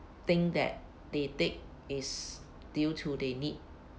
think that they take is due to they need